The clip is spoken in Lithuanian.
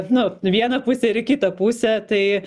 nu vieną pusę ir į kitą pusę tai